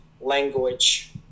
language